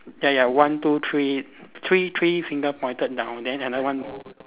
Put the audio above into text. ya ya one two three three three finger pointed down and then another one